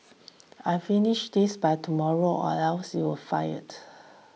I finish this by tomorrow or else you'll fired